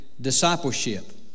discipleship